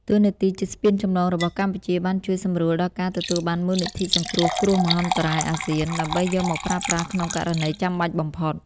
តួនាទីជាស្ពានចម្លងរបស់កម្ពុជាបានជួយសម្រួលដល់ការទទួលបានមូលនិធិសង្គ្រោះគ្រោះមហន្តរាយអាស៊ាន ដើម្បីយកមកប្រើប្រាស់ក្នុងករណីចាំបាច់បំផុត។